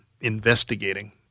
investigating